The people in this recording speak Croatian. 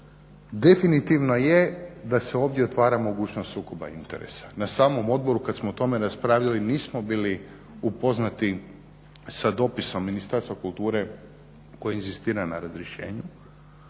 definitivno je da se ovdje otvara mogućnost sukoba interesa. Na samom odboru kada smo o tome raspravljali nismo bili upoznati sa dopisom Ministarstva kulture koji inzistira na razrješenju, međutim